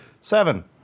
Seven